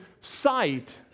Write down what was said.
sight